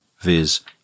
Viz